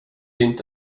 inte